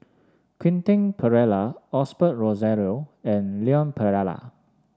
Quentin Pereira Osbert Rozario and Leon Perera